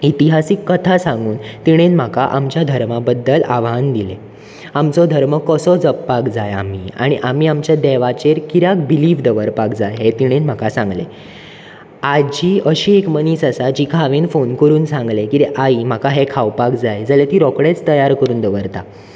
इतिहासीक कथा सांगून तिणेंन म्हाका आमच्या धर्मा बद्दल आव्हान दिलें आमचो धर्म कसो जपपाक जाय आमी आनी आमी आमच्या देवाचेर कित्याक बिलीव दवरपाक जाय हें तिणेंन म्हाका सांगलें आजी अशी एक मनीस आसा जिका हांवेन फॉन करून सांगलें की आई म्हाका हें खावपाक जाय जाल्यार ती रोखडेंच तयार करून दवरता